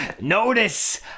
Notice